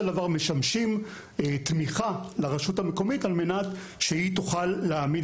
דבר משמשים תמיכה לרשות המקומית על מנת שהיא תוכל להעמיד